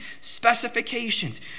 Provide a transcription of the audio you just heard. specifications